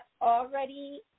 already